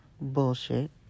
bullshit